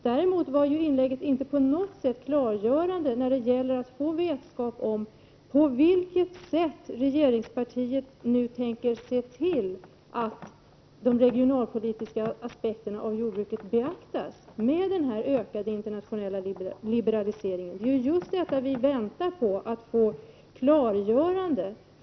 Däremot var inlägget inte på något vis klargörande när det gäller att få vetskap om på vilket sätt regeringspartiet nu tänker se till, att jordbrukets regionalpolitiska aspekter beaktas i den ökade internationella liberaliseringen. Vi väntar just på att få klargöranden.